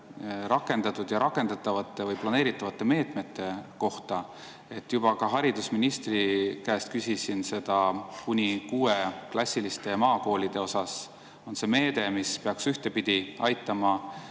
rakendatud ja rakendatavate või planeeritavate meetmete kohta. Ma ka haridusministri käest küsisin seda. Kuni 6‑klassiliste maakoolide jaoks on meede, mis peaks ühtpidi aitama